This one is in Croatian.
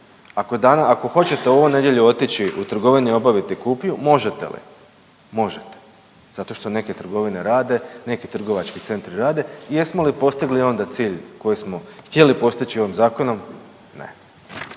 Ako hoćete ovu nedjelju otići u trgovinu i obaviti kupnju možete li? Možete zato što neke trgovine rade, neki trgovački centri rade. Jesmo li postigli onda cilj koji smo htjeli postići ovim zakonom? Ne.